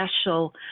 special